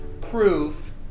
proof